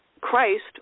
Christ